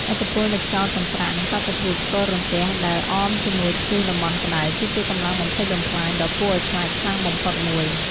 ឥទ្ធិពលនៃខ្យល់កន្ត្រាក់ និងបាតុភូតផ្គររន្ទះ ដែលអមមកជាមួយព្យុះតំបន់ក្ដៅ គឺជាកម្លាំងបំផ្លិចបំផ្លាញដ៏គួរឱ្យខ្លាចខ្លាំងបំផុតមួយ។